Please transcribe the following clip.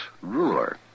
ruler